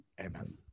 Amen